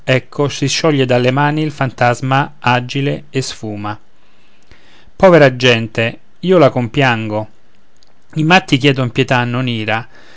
ecco si scioglie dalle mani il fantasma agile e sfuma povera gente io la compiango i matti chiedon pietà non ira